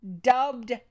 Dubbed